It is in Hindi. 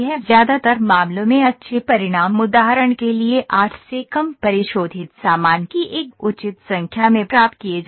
ज्यादातर मामलों में अच्छे परिणाम उदाहरण के लिए 8 से कम परिशोधित सामान की एक उचित संख्या में प्राप्त किए जाते हैं